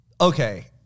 Okay